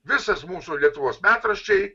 visas mūsų lietuvos metraščiai